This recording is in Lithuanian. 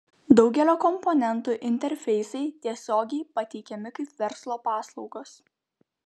daugelio komponentų interfeisai tiesiogiai pateikiami kaip verslo paslaugos